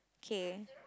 okay